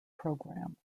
programme